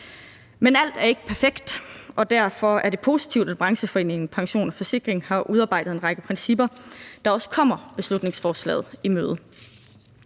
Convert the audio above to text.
Men alt er ikke perfekt, og derfor er det positivt, at brancheforeningen Forsikring & Pension har udarbejdet en række principper, der også kommer beslutningsforslaget i møde.